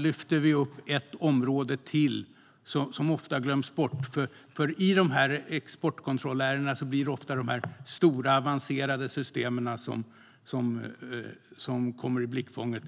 lyfter också upp ett område som ofta glöms bort. I exportkontrollärenden står ofta de stora avancerade systemen i blickfånget.